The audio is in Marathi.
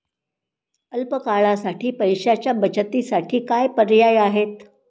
अल्प काळासाठी पैशाच्या बचतीसाठी काय पर्याय आहेत?